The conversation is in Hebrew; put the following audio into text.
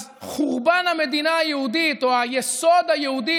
אז חורבן המדינה היהודית או היסוד היהודי